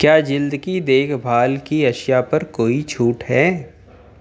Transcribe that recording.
کیا جِلد کی دیکھ بھال کی اشیاء پر کوئی چُھوٹ ہے